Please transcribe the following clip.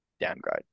Downgrade